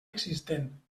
existent